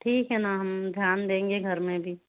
ठीक है ना हम ध्यान देंगे घर में भी